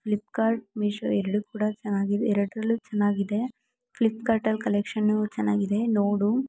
Flipkart Meesho ಎರಡು ಕೂಡ ಚೆನ್ನಾಗಿದೆ ಎರಡರಲ್ಲು ಚೆನ್ನಾಗಿದೆ ಫ್ಲಿಪ್ಕಾರ್ಟಲ್ಲಿ ಕಲೆಕ್ಷನು ಚೆನ್ನಾಗಿದೆ ನೋಡು